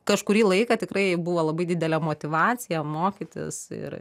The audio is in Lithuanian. kažkurį laiką tikrai buvo labai didelė motyvacija mokytis ir